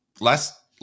last